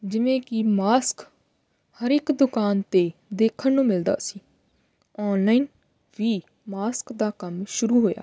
ਜਿਵੇਂ ਕਿ ਮਾਸਕ ਹਰ ਇੱਕ ਦੁਕਾਨ 'ਤੇ ਦੇਖਣ ਨੂੰ ਮਿਲਦਾ ਸੀ ਆਨਲਾਈਨ ਵੀ ਮਾਸਕ ਦਾ ਕੰਮ ਸ਼ੁਰੂ ਹੋਇਆ